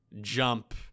jump